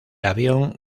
avión